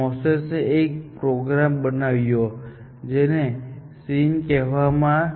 તેથી ઉદાહરણ તરીકે તમે કહી શકો છો કે તમે તેને cos 4ydy અને પછી તેને dxx21x2માં રૂપાંતર કરી શકો છો